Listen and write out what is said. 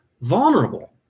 vulnerable